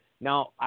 Now